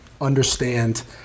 understand